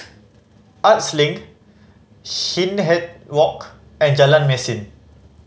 Arts Link Hindhede Walk and Jalan Mesin